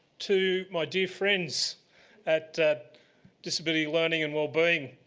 to my dear friends at disability learning and well-being,